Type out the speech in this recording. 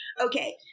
Okay